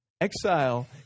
Exile